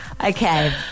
Okay